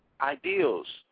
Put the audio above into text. ideals